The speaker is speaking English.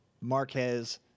Marquez